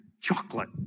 Chocolate